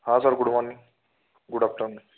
हा sir good morning good afternoon